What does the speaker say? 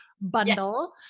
bundle